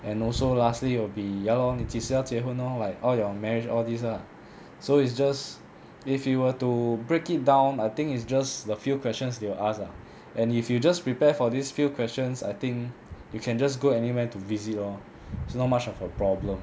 and also lastly will be ya lor 你几时要结婚 lor like all your marriage all these ah so it's just if you were to break it down I think it's just the few questions they will ask ah and if you just prepare for this few questions I think you can just go anywhere to visit lor so not much of a problem